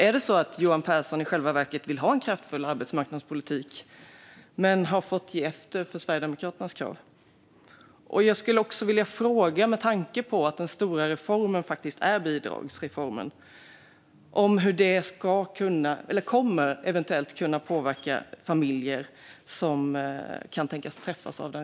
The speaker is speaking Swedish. Är det så att Johan Pehrson i själva verket vill ha en kraftfull arbetsmarknadspolitik men har fått ge efter för Sverigedemokraternas krav? Med tanke på att den stora reformen faktiskt är bidragsreformen skulle jag också vilja fråga hur det eventuellt kommer att påverka familjer som kan tänkas träffas av den.